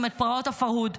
את פרעות הפרהוד.